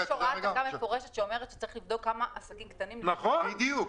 הוועדה לקבלנים קטנים ובינוניים בהתאחדות בוני הארץ.